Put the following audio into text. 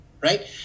right